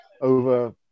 over